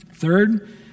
Third